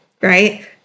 right